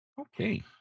Okay